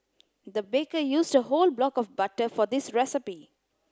the baker used a whole block of butter for this recipe